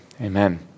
amen